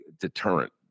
deterrent